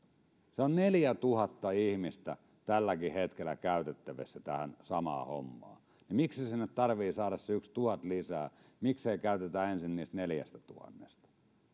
siellä on neljätuhatta ihmistä tälläkin hetkellä käytettävissä tähän samaan hommaan niin miksi sinne tarvitsee saada se yksi tuhat lisää miksei käytetä ensin niistä neljästätuhannesta